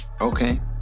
Okay